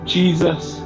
Jesus